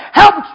help